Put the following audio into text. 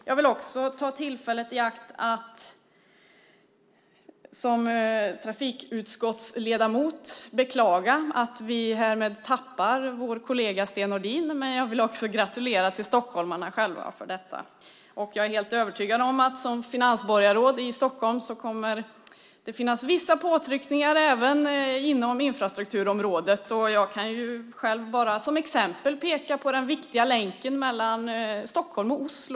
Jag vill också ta tillfället i akt att som trafikutskottsledamot beklaga att vi härmed tappar vår kollega Sten Nordin. Men jag vill också gratulera stockholmarna till detta. Jag är helt övertygad om att Sten Nordin som finansborgarråd i Stockholm kommer att möta vissa påtryckningar även inom infrastrukturområdet. Jag kan själv bara som exempel peka på den viktiga länken mellan Stockholm och Oslo.